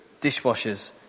dishwashers